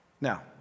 Now